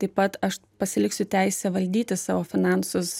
taip pat aš pasiliksiu teisę valdyti savo finansus